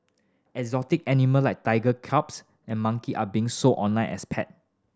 exotic animal like tiger cubs and monkey are being sold online as pet